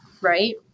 right